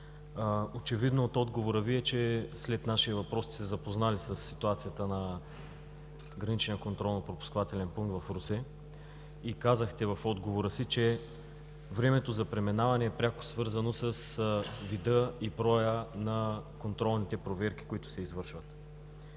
очевидно от отговора Ви е, че след нашия въпрос сте се запознали със ситуацията на Граничния контролно-пропускателен пункт в Русе и казахте в отговора си, че времето за преминаване е пряко свързано с вида и броя на контролните проверки, които се извършват.